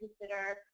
consider